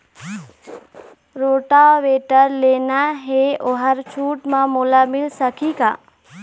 Rotavator लेना हे ओहर छूट म मोला मिल सकही का?